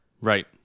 Right